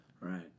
Right